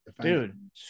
dude